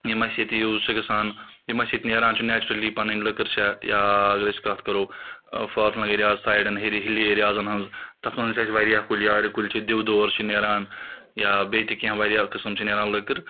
یِم اَسہِ ییٚتہِ یوٗز چھِ گژھان یِم اَسہِ ییٚتہِ نیران چھِ نیچرلی پَنٕنۍ لٔکٕر چھےٚ یا اگر أسۍ کتھ کرو فار فٕلنگ ایریاز سایڈَن ہیرِ ہِلی ایریازن ہٕنٛز تَتھ منٛز چھِ اَسہِ واریاہ کُلۍ یارِ کُلۍ چھِ دِوٕ دور چھِ نیران یا بیٚیہِ تہِ کینٛہہ واریاہ قٕسم چھِ نیران لٔکٕر